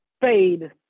fade